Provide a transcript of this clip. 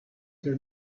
their